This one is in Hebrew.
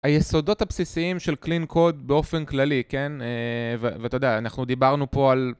היסודות הבסיסיים של Clean Code באופן כללי, כן, ואתה יודע, אנחנו דיברנו פה על...